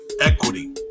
equity